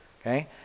okay